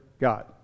God